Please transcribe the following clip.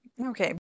Okay